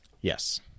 Yes